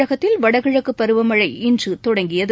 தமிழகத்தில் வடகிழக்கு பருவமழை இன்று தொடங்கியது